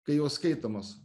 kai jos skaitomos